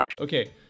okay